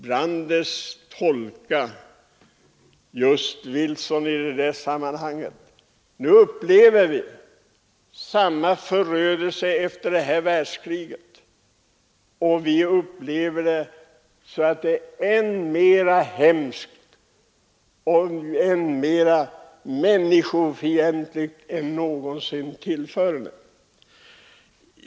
Brandes har sedan tolkat Wilson just i det sammanhanget. Nu upplever vi efter det senaste världskriget samma förödelse och det är än mer hemskt och än mer människofientligt än någonsin tillförne.